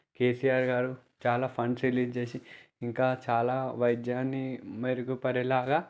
కేసీఆర్ గారు చాలా funds release చేసి ఇంకా చాలా వైద్యాన్ని మెరుగుపడేలాగ